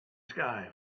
sky